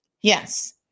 Yes